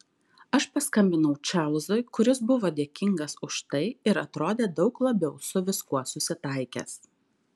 aš paskambinau čarlzui kuris buvo dėkingas už tai ir atrodė daug labiau su viskuo susitaikęs